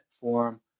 form